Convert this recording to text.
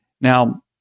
Now